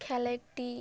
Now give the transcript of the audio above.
খেলা একটি